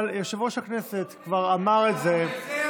אבל יושב-ראש הכנסת כבר אמר את זה, לא סופרים